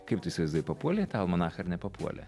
kaip tu įsivaizduoji papuolė į tą almanachą ar nepapuolė